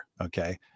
okay